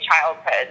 childhood